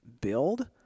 build